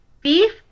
beef